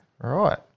right